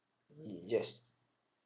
y~ yes